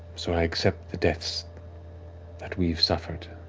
so i accept the deaths that we've suffered,